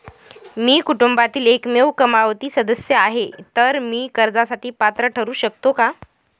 मी कुटुंबातील एकमेव कमावती सदस्य आहे, तर मी कर्जासाठी पात्र ठरु शकतो का?